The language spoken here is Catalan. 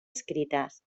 escrites